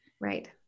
Right